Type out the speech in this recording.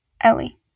Ellie